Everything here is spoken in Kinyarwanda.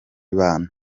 bana